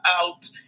out